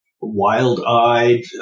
wild-eyed